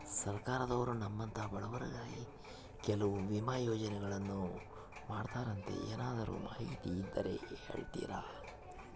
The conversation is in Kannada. ಸರ್ಕಾರದವರು ನಮ್ಮಂಥ ಬಡವರಿಗಾಗಿ ಕೆಲವು ವಿಮಾ ಯೋಜನೆಗಳನ್ನ ಮಾಡ್ತಾರಂತೆ ಏನಾದರೂ ಮಾಹಿತಿ ಇದ್ದರೆ ಹೇಳ್ತೇರಾ?